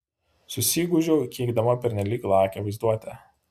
susigūžiau keikdama pernelyg lakią vaizduotę